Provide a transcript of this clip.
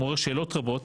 מעורר שאלות רבות